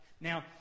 Now